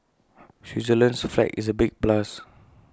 Switzerland's flag is A big plus